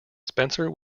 spencer